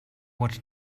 what